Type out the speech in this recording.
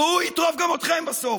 והוא יטרוף גם אתכם בסוף.